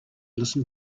listen